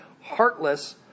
heartless